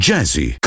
Jazzy